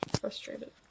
frustrated